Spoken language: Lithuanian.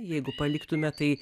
jeigu paliktume tai